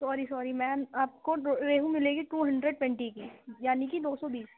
sorry sorry ma'am آپ کو ریہو ملے گی ٹو ہنڈریڈ ٹوئنٹی کی یعنی کہ دو سو بیس